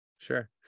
Sure